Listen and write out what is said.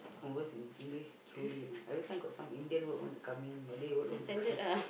converse in English truly know everytime got some Indian word want to come in Malay word want to come